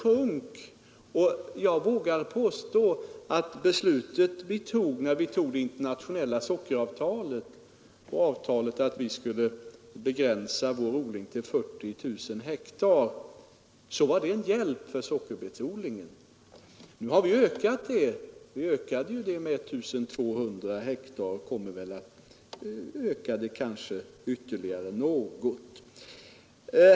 Jag vågar påstå att det beslut vi fattade när vi tog det internationella sockeravtalet, att vi skulle begränsa vår odling till 40 000 hektar, var en hjälp för sockerbetsodlingen. Nu har vi ökat odlingen med 1 200 hektar och kommer kanske att öka den ytterligare något.